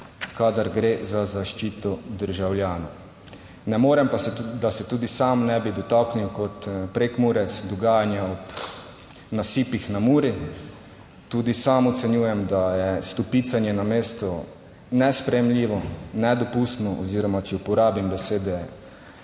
kadar gre za zaščito državljanov. Ne morem pa, da se tudi sam ne bi dotaknil, kot Prekmurec, dogajanja ob nasipih na Muri. Tudi sam ocenjujem, da je stopicanje na mestu nesprejemljivo, nedopustno oziroma če uporabim besede